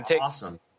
awesome